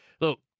Look